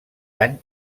any